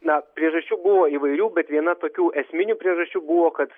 na priežasčių buvo įvairių bet viena tokių esminių priežasčių buvo kad